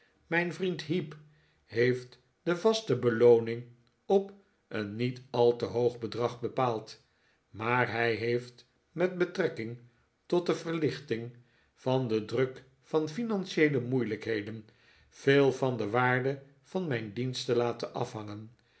mijn vriend heep heeft de vaste belooning op een niet al te hoog bedrag bepaald maar hij heeft met betrekking tot de verlichting van den druk van financieele moeilijkheden veel van de waarde van mijn diensten laten afhangen